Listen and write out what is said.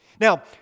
Now